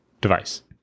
device